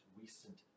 Recent